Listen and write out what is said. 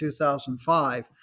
2005